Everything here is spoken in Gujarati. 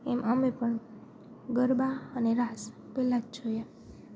એમ અમે પણ ગરબા અને રાસ પહેલાં જ જોઈએ